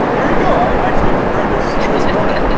here you go, i've actually prepared this this morning, and